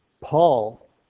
Paul